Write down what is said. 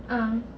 uh